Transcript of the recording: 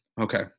Okay